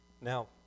Now